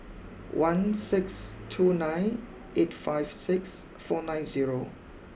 one six two nine eight five six four nine zero